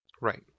Right